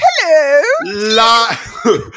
Hello